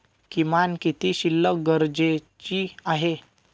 किमान किती शिल्लक गरजेची आहे?